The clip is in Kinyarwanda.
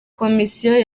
komisiyo